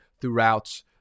throughout